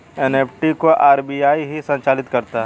NEFT को RBI ही संचालित करता है